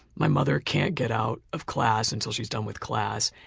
my mother can't get out of class until she's done with class.